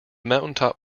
mountaintop